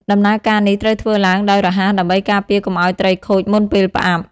ដំណើរការនេះត្រូវធ្វើឡើងដោយ រហ័ស ដើម្បីការពារកុំឱ្យត្រីខូចមុនពេលផ្អាប់។